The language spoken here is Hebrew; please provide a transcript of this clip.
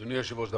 אדוני היושב-ראש,